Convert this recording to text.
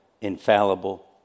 infallible